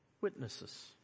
witnesses